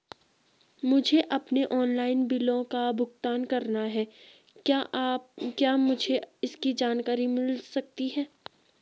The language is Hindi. मुझे अपने ऑनलाइन बिलों का भुगतान करना है क्या मुझे इसकी जानकारी मिल सकती है?